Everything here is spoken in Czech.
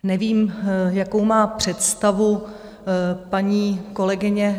Nevím, jakou má představu paní kolegyně